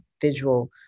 visual